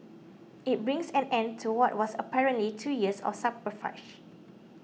it brings an end to what was apparently two years of subterfuge